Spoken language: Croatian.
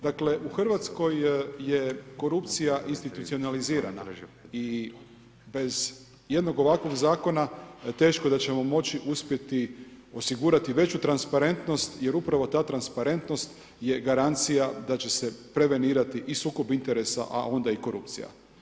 Dakle u Hrvatskoj je korupcija institucionalizirana i bez jednog ovakvog zakona teško da ćemo moći uspjeti osigurati veću transparentnost jer upravo ta transparentnost je garancija da će se prevenirati i sukob interesa, a onda i korupcija.